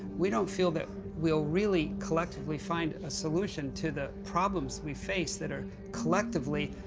we don't feel that we'll really collectively find a solution to the problems we face, that are collectively,